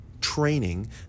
training